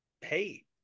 hey